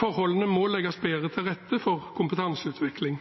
Forholdene må legges bedre til rette for kompetanseutvikling.